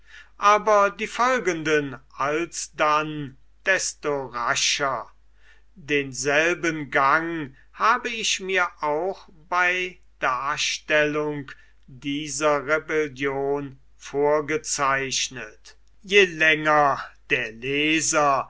aber die folgenden alsdann desto rascher denselben gang habe ich mir auch bei darstellung dieser rebellion vorgezeichnet je länger der leser